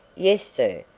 yes, sir,